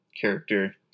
character